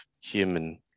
human